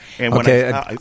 Okay